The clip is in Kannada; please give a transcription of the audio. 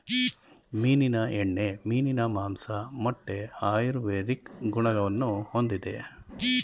ಮೀನಿನ ಎಣ್ಣೆ, ಮೀನಿನ ಮಾಂಸ, ಮೊಟ್ಟೆ ಆಯುರ್ವೇದಿಕ್ ಗುಣವನ್ನು ಹೊಂದಿದೆ